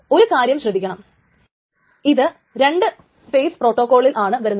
ഒരു കാര്യം ശ്രദ്ധിക്കണം ഇത് 2 ഫെയിസ് പ്രോട്ടോകോളിലാണ് വരുന്നത്